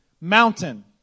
mountain